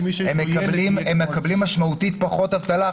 הם מקבלים משמעותית פחות אבטלה.